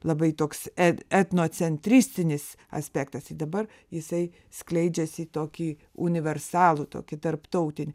labai toks e etno centristinis aspektas tai dabar jisai skleidžiasi į tokį universalų tokį tarptautinį